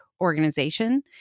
organization